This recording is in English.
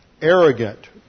arrogant